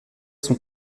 sont